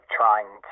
trying